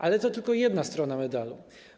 Ale to tylko jedna strona medalu.